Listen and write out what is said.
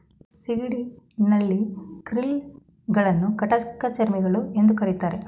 ಸಿಗಡಿ, ನಳ್ಳಿ, ಕ್ರಿಲ್ ಗಳನ್ನು ಕಂಟಕಚರ್ಮಿಗಳು ಎಂದು ಕರಿತಾರೆ